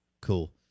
Cool